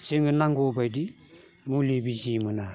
जोङो नांगौबायदि मुलि बिजि मोना